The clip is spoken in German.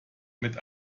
mit